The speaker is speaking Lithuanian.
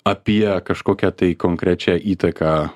apie kažkokią tai konkrečiai įtaką